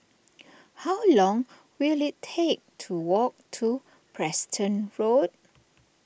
how long will it take to walk to Preston Road